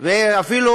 ואפילו,